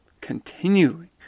continuing